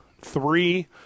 three